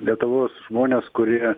lietuvos žmones kurie